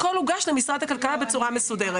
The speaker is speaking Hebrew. הכל הוגש למשרד הכלכלה בצורה מסודרת.